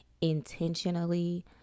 intentionally